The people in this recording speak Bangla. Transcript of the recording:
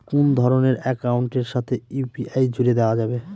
কোন ধরণের অ্যাকাউন্টের সাথে ইউ.পি.আই জুড়ে দেওয়া যাবে?